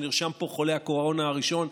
כשנרשם פה חולה הקורונה הראשון,